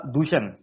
Dushan